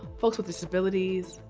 folks with disabilities,